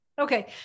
Okay